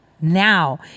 now